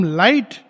light